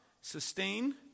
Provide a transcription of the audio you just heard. sustain